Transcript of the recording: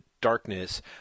Darkness